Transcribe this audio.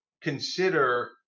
consider